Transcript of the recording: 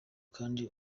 kandi